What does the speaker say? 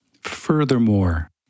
Furthermore